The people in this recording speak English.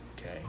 okay